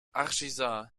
hargeysa